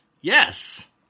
Yes